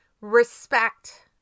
respect